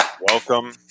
Welcome